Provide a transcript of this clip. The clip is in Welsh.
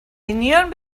union